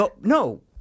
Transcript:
No